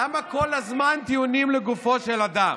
למה כל הזמן טיעונים לגופו של אדם.